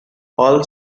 all